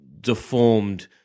deformed